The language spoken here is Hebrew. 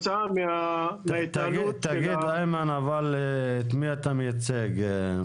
את מי אתה מייצג?